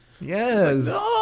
Yes